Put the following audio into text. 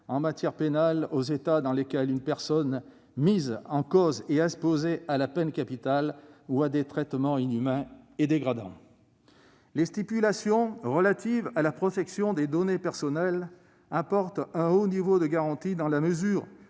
en matière pénale aux États dans lesquels une personne mise en cause est exposée à la peine capitale ou à des traitements inhumains ou dégradants. Quant aux stipulations relatives à la protection des données personnelles, elles apportent un haut niveau de garantie, dans la mesure